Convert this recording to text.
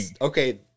okay